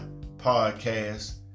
podcast